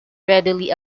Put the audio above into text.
readily